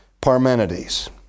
Parmenides